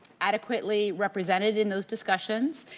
adequately represented in those discussions.